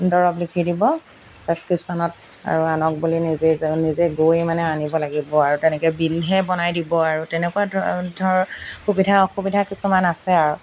দৰৱ লিখি দিব প্ৰেছক্ৰিপশ্যনত আৰু আনক বুলি নিজেই নিজে গৈ মানে আনিব লাগিব আৰু তেনেকৈ বিলহে বনাই দিব আৰু তেনেকুৱা ধৰ ধৰ সুবিধা অসুবিধা কিছুমান আছে আৰু